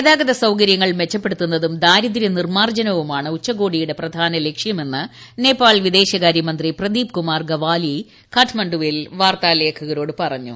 ഗതാഗത സൌകര്യങ്ങൾ മെച്ചപ്പെടുത്തുന്നതും ദാരിദ്ര്യ നിർമ്മാർജ്ജനവുമാണ് ഉച്ചകോടിയുടെ പ്രധാന ലക്ഷ്യമെന്ന് നേപ്പാൾ വിദേശകാര്യ മന്ത്രി പ്രദീപ്കുമാർ ഗാവാലി കാഠ്മണ്ഡുവിൽ വാർത്താലേഖകരോട് പറഞ്ഞു